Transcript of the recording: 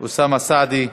אוסאמה סעדי,